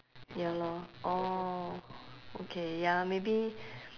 ya lor orh okay ya maybe